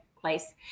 place